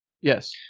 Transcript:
yes